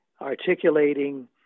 articulating